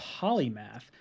Polymath